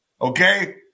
Okay